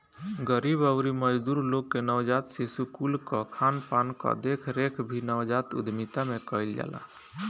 गरीब अउरी मजदूर लोग के नवजात शिशु कुल कअ खानपान कअ देखरेख भी नवजात उद्यमिता में कईल जाला